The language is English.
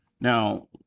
Now